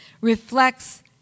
reflects